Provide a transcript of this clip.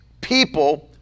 people